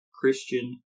Christian